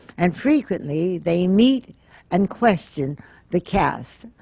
and frequently, they meet and question the cast.